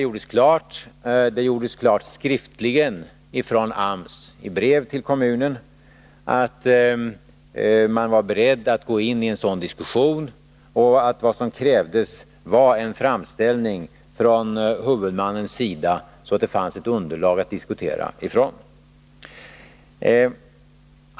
AMS gjorde i brev till kommunen klart att man var beredd att gå in i en sådan diskussion och att vad som krävdes var en framställning från huvudmannens sida, så att det fanns ett underlag att diskutera.